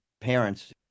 parents